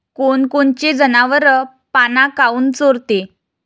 कोनकोनचे जनावरं पाना काऊन चोरते?